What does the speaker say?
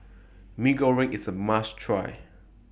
Mee Goreng IS A must Try